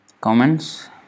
comments